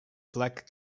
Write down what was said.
black